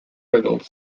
adult